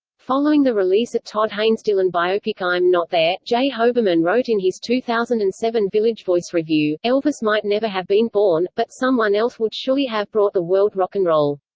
following the release of todd haynes' dylan biopic i'm not there, j. hoberman wrote in his two thousand and seven village voice review elvis might never have been born, but someone else would surely have brought the world rock n roll.